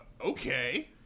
okay